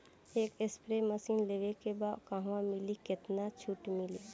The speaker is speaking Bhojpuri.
एक स्प्रे मशीन लेवे के बा कहवा मिली केतना छूट मिली?